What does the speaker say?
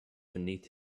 beneath